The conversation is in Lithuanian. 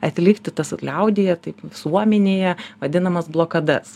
atlikti tas vat liaudyje taip visuomenėje vadinamas blokadas